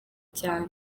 cyane